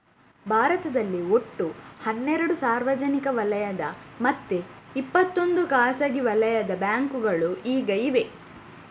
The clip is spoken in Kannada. ಭಾರತದಲ್ಲಿ ಒಟ್ಟು ಹನ್ನೆರಡು ಸಾರ್ವಜನಿಕ ವಲಯದ ಮತ್ತೆ ಇಪ್ಪತ್ತೊಂದು ಖಾಸಗಿ ವಲಯದ ಬ್ಯಾಂಕುಗಳು ಈಗ ಇವೆ